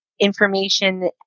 information